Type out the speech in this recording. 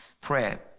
prayer